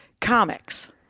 comics